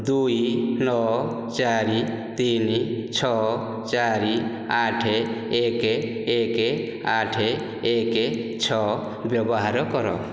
ଦୁଇ ନଅ ଚାରି ତିନି ଛଅ ଚାରି ଆଠ ଏକ ଏକ ଆଠ ଏକ ଛଅ ବ୍ୟବହାର କର